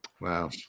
Wow